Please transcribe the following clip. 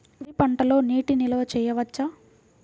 వరి పంటలో నీటి నిల్వ చేయవచ్చా?